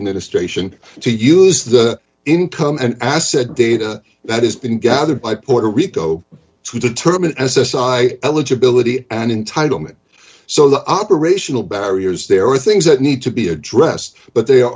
administration to use the income and asset data that has been gathered by puerto rico to determine s s i eligibility and entitle me so the operational barriers there are things that need to be addressed but the